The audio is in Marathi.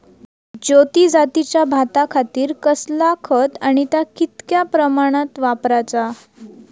ज्योती जातीच्या भाताखातीर कसला खत आणि ता कितक्या प्रमाणात वापराचा?